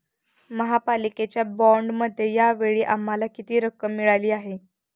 महापालिकेच्या बाँडमध्ये या वेळी आम्हाला किती रक्कम मिळाली आहे?